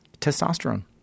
testosterone